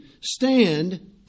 stand